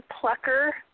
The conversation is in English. Plucker